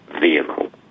vehicle